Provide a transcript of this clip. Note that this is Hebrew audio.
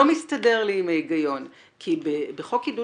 לא מסתדר לי עם ההיגיון כי בחוק עידוד